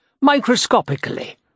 microscopically